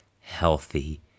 healthy